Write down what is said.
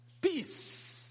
peace